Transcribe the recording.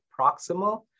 proximal